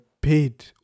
paid